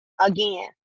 again